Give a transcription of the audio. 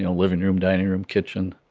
you know living room, dining room, kitchen.